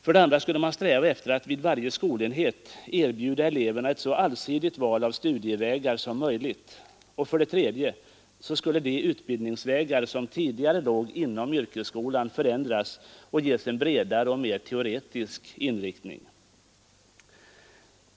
För det andra skulle man sträva efter att vid varje skolenhet erbjuda eleverna ett så allsidigt val av studievägar som möjligt, och för det tredje skulle de utbildningsvägar som tidigare låg inom yrkesskolan förändras och ges en bredare och mer teoretisk inriktning.